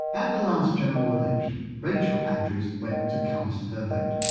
at the last general election rachael andrews went to cast her vote.